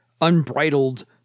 unbridled